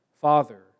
father